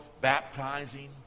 baptizing